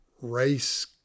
race